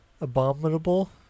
Abominable